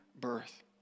birth